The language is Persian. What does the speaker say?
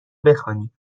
بخوانیم